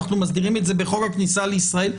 אנחנו מסדירים את זה בחוק הכניסה לישראל,